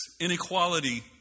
inequality